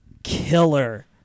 Killer